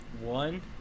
One